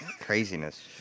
craziness